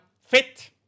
fit